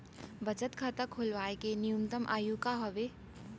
बचत खाता खोलवाय के न्यूनतम आयु का हवे?